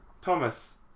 Thomas